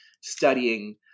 studying